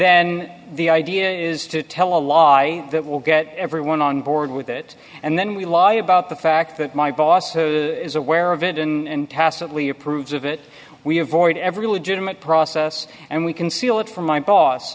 then the idea is to tell a lie that will get everyone on board with it and then we lie about the fact that my boss is aware of it and tacitly approves of it we avoid every legitimate process and we conceal it from my boss